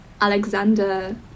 Alexander